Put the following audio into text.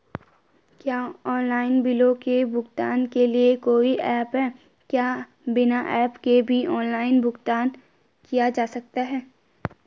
क्या ऑनलाइन बिलों के भुगतान के लिए कोई ऐप है क्या बिना ऐप के भी ऑनलाइन भुगतान किया जा सकता है?